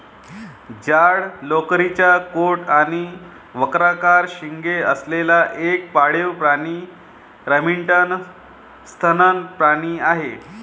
जाड लोकरीचा कोट आणि वक्राकार शिंगे असलेला एक पाळीव प्राणी रमिनंट सस्तन प्राणी आहे